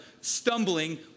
stumbling